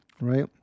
Right